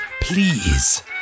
please